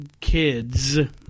kids